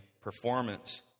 performance